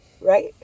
Right